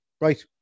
right